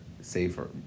safer